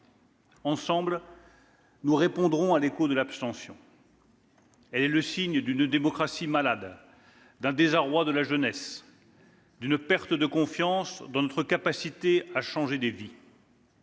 Ensemble, nous répondrons à l'écho de l'abstention. Elle est le signe d'une démocratie malade, d'un désarroi de la jeunesse, d'une perte de confiance dans notre capacité à changer des vies.